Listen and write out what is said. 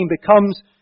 becomes